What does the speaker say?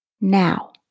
Now